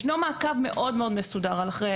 ישנו מעקב מאוד מאוד מסודר אחרי,